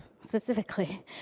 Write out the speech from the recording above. specifically